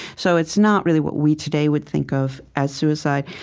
so it's not really what we today would think of as suicide.